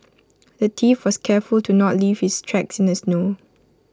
the thief was careful to not leave his tracks in the snow